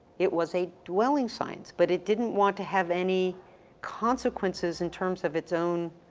it was a dwelling science, but it didn't want to have any consequences, in terms of its own